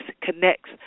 connects